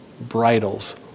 bridles